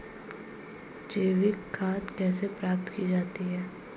जैविक खाद कैसे प्राप्त की जाती है?